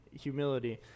humility